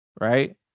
Right